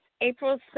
april